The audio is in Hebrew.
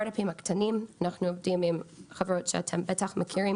אנחנו עובדים עם חברות שאתם בטח מכירים